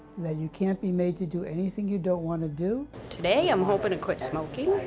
that you can't be made to do anything you don't want to do. today, i'm hoping to quit smoking.